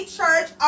Church